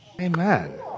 Amen